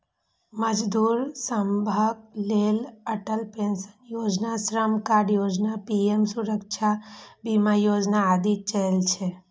मजदूर सभक लेल अटल पेंशन योजना, श्रम कार्ड योजना, पीएम सुरक्षा बीमा योजना आदि चलै छै